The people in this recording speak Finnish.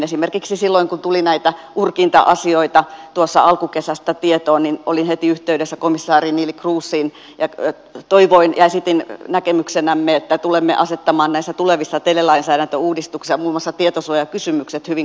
esimerkiksi silloin kun tuli näitä urkinta asioita tuossa alkukesästä tietoon olin heti yhteydessä komissaari neelie kroesiin ja toivoin ja esitin näkemyksenämme että tulemme asettamaan näissä tulevissa telelainsäädäntöuudistuksissa muun muassa tietosuojakysymykset hyvin korkealle